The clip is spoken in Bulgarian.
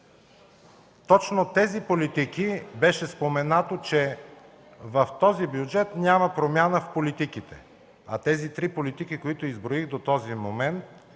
резерв. Беше споменато, че в този бюджет няма промяна в политиките, а тези три политики, които изброих до този момент